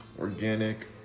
organic